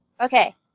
Okay